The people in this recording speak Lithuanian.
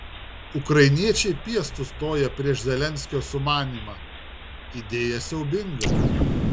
ukrainiečiai piestu stoja prieš zelenskio sumanymą idėja siaubinga